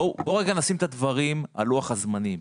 בואו רגע נשים את הדברים על לוח הזמנים.